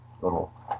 little